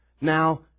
Now